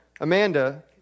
Amanda